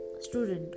student